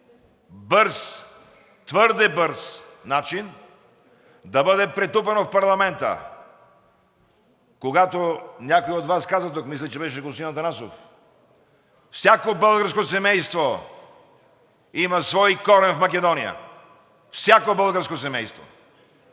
бърз, твърде бърз начин да бъде претупано в парламента, когато, някой от Вас каза тук, мисля, че беше господин Атанасов, всяко българско семейство има свой корен в Македония, всяко българско семейство.